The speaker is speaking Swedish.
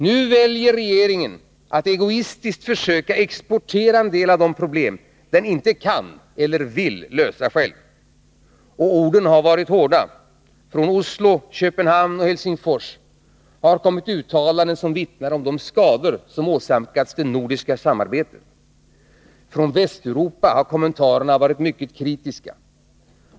Nu väljer regeringen att egoistiskt försöka exportera en del av de problem den inte kan eller vill lösa själv. Och orden har varit hårda. Från Oslo, Köpenhamn och Helsingfors har kommit uttalanden som vittnar om de skador som åsamkats det nordiska samarbetet. Från Västeuropa har kommentarerna varit mycket kritiska.